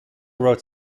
wrote